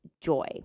joy